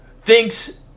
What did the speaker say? thinks